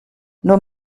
nur